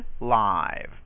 Live